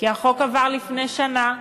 כי החוק עבר לפני שנה,